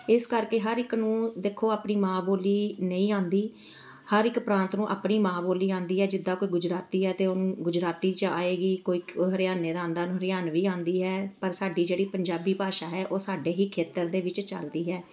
ਇਸ ਕਰਕੇ ਹਰ ਇੱਕ ਨੂੰ ਦੇਖੋ ਆਪਣੀ ਮਾਂ ਬੋਲੀ ਨਹੀਂ ਆਉਂਦੀ ਹਰ ਇੱਕ ਪ੍ਰਾਂਤ ਨੂੰ ਆਪਣੀ ਮਾਂ ਬੋਲੀ ਆਉਂਦੀ ਹੈ ਜਿੱਦਾਂ ਕੋਈ ਗੁਜਰਾਤੀ ਹੈ ਤਾਂ ਉਹਨੂੰ ਗੁਜਰਾਤੀ 'ਚ ਆਏਗੀ ਕੋਈ ਹਰਿਆਣੇ ਦਾ ਆਉਂਦਾ ਉਹਨੂੰ ਹਰਿਆਣਵੀ ਆਉਂਦੀ ਹੈ ਪਰ ਸਾਡੀ ਜਿਹੜੀ ਪੰਜਾਬੀ ਭਾਸ਼ਾ ਹੈ ਉਹ ਸਾਡੇ ਹੀ ਖੇਤਰ ਦੇ ਵਿੱਚ ਚੱਲਦੀ ਹੈ